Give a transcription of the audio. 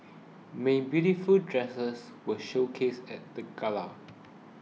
many beautiful dresses were showcased at the gala